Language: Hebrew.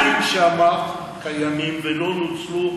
הסכומים שאמרת קיימים ולא נוצלו,